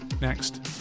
Next